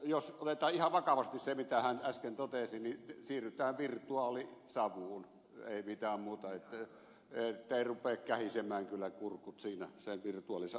jos otetaan ihan vakavasti se mitä hän äsken totesi niin siirrytään virtuaalisavuun ei mitään muuta että ei rupea kähisemään kyllä kurkut siinä sen virtuaalisavun kanssa